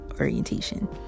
orientation